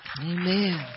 amen